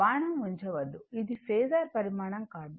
బాణం ఉంచవద్దు ఇది ఫేసర్ పరిమాణం కాదు